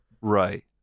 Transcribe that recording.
Right